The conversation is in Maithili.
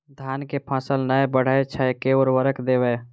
धान कऽ फसल नै बढ़य छै केँ उर्वरक देबै?